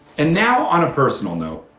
and now on a personal note,